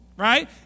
Right